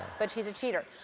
but she's a cheater.